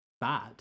bad